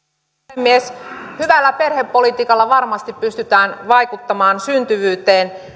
puhemies hyvällä perhepolitiikalla varmasti pystytään vaikuttamaan syntyvyyteen